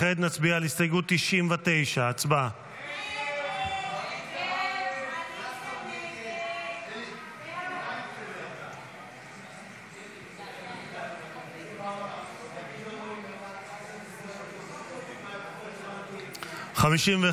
נצביע על הסתייגות 99. הצבעה.